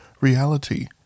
reality